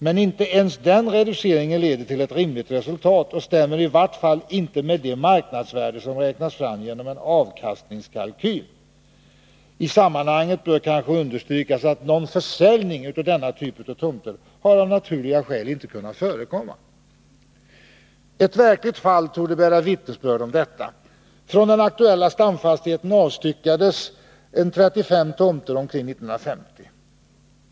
Men inte ens denna reducering leder till ett rimligt resultat och stämmer i vart fall inte med det marknadsvärde som räknas fram genom en avkastningskalkyl. I sammanhanget bör kanske understrykas att någon försäljning av denna typ av tomter av naturliga skäl inte har förekommit. Ett verkligt fall torde bära vittnesbörd om detta. Från den aktuella stamfastigheten avstyckades 35 tomter omkring år 1950.